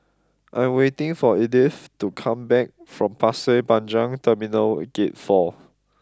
I'm waiting for Edith to come back from Pasir Panjang Terminal Gate four